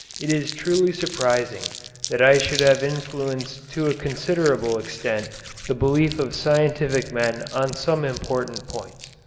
it is truly surprising that i should have influenced to a considerable extent the belief of scientific men on some important points.